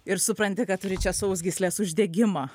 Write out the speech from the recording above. ir supranti kad turi čia sausgyslės uždegimą